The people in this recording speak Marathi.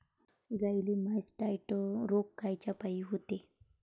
गाईले मासटायटय रोग कायच्यापाई होते?